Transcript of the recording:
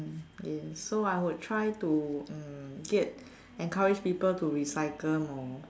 yes so I would try to uh get encourage people to recycle more